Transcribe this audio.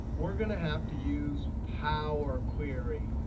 we're going to have to use power query.